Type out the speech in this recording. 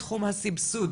חוק הפיקוח,